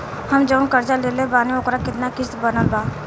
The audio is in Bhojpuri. हम जऊन कर्जा लेले बानी ओकर केतना किश्त बनल बा?